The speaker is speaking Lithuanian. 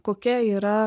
kokia yra